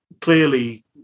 clearly